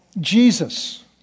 Jesus